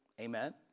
Amen